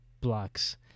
blocks